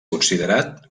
considerat